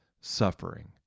suffering